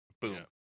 boom